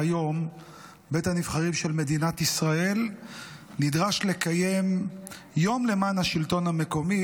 שהיום בית הנבחרים של מדינת ישראל נדרש לקיים יום למען השלטון המקומי